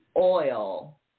oil